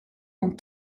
dans